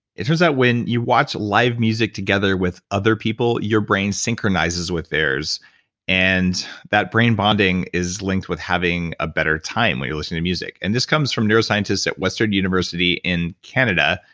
it turns out when you watch live music together with other people, your brain synchronizes with theirs and that brain bonding is linked with having a better time when you're listening to music. and this comes from neuroscientists at western university in canada.